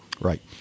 right